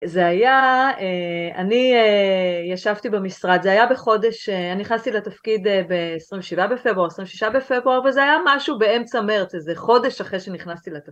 זה היה, אני ישבתי במשרד, זה היה בחודש, אני נכנסתי לתפקיד ב27 בפברואר, 26 בפברואר, וזה היה משהו באמצע מרץ, איזה חודש אחרי שנכנסתי לתפקיד.